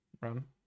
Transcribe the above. run